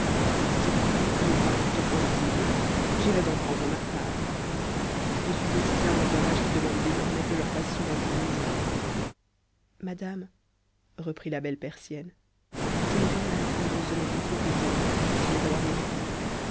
si je croyais que le bain fût encore assez bon j'irais en prendre ma part je suis aussi bien dans un âge qui demande désormais que j'en fasse souvent provision madame reprit la belle persienne je n'ai rien à répondre aux honnêtetés que vous avez pour moi sans les avoir méritées